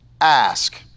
ask